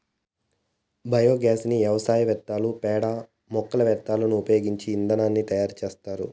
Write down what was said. biogas ని వ్యవసాయ వ్యర్థాలు, పేడ, మొక్కల వ్యర్థాలను ఉపయోగించి ఇంధనాన్ని తయారు చేత్తారు